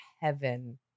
heaven